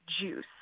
juice